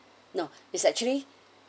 no is actually